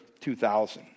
2000